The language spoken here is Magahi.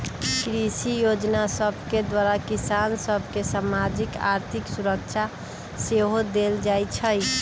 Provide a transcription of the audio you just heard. कृषि जोजना सभके द्वारा किसान सभ के सामाजिक, आर्थिक सुरक्षा सेहो देल जाइ छइ